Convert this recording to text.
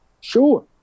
Sure